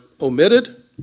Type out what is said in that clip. omitted